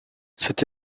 cette